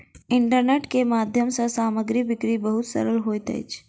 internet के माध्यम सँ सामग्री बिक्री बहुत सरल होइत अछि